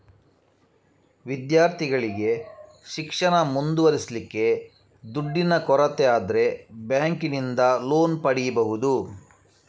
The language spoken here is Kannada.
ವಿದ್ಯಾರ್ಥಿಗಳಿಗೆ ಶಿಕ್ಷಣ ಮುಂದುವರಿಸ್ಲಿಕ್ಕೆ ದುಡ್ಡಿನ ಕೊರತೆ ಆದ್ರೆ ಬ್ಯಾಂಕಿನಿಂದ ಲೋನ್ ಪಡೀಬಹುದು